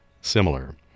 similar